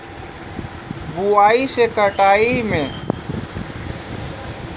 बुआई से कटाई के बीच मे पानि पटबनक अन्तराल की हेबाक चाही?